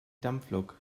dampflok